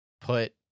put